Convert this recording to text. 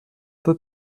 peut